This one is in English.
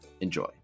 Enjoy